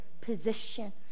position